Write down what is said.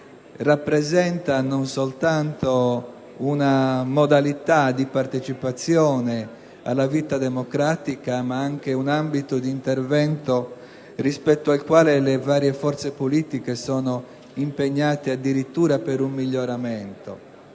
rappresenta non soltanto una modalità di partecipazione alla vita democratica, ma anche un ambito di intervento rispetto al quale le varie forze politiche sono impegnate addirittura per un miglioramento.